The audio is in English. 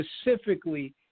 specifically